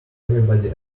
everybody